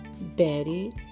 Betty